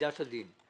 במידת הדין.